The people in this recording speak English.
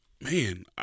man